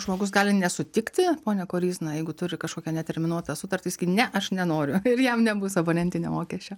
žmogus gali nesutikti pone koryzna jeigu turi kažkokią neterminuotą sutartį sakyt ne aš nenoriu ir jam nebus abonentinio mokesčio